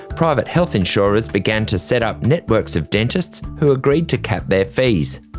private health insurers began to set up networks of dentists who agreed to cap their fees.